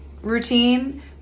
routine